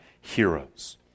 heroes